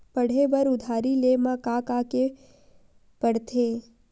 पढ़े बर उधारी ले मा का का के का पढ़ते?